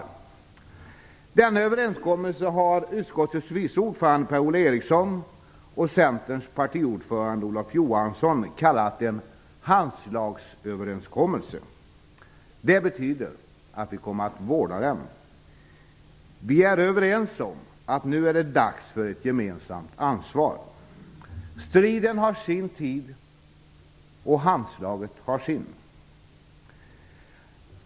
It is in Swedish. Denna överenskommelse har utskottets vice ordförande Per-Ola Eriksson och Centerns partiordförande Olof Johansson kallat "en handslagsöverenskommelse". Det betyder att vi kommer att vårda den. Vi är överens om att det nu är dags för ett gemensamt ansvar. Striden har sin tid, och handslaget har sin.